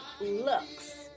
looks